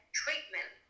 treatment